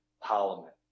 parliament